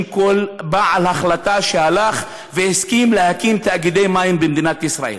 כל בעל החלטה שהסכים להקים תאגידי מים במדינת ישראל.